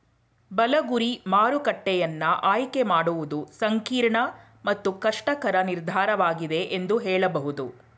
ಬಲ ಗುರಿ ಮಾರುಕಟ್ಟೆಯನ್ನ ಆಯ್ಕೆ ಮಾಡುವುದು ಸಂಕೀರ್ಣ ಮತ್ತು ಕಷ್ಟಕರ ನಿರ್ಧಾರವಾಗಿದೆ ಎಂದು ಹೇಳಬಹುದು